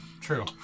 True